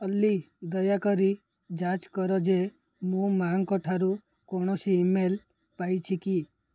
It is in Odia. ଅଲି ଦୟାକରି ଯାଞ୍ଚ କର ଯେ ମୁଁ ମାଙ୍କ ଠାରୁ କୌଣସି ଇମେଲ୍ ପାଇଛି କି